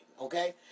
okay